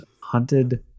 hunted